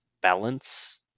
balance